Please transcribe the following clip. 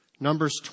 Numbers